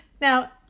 Now